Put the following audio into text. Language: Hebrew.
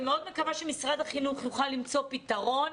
אני מאוד מקווה שמשרד החינוך יוכל למצוא פתרון.